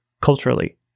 culturally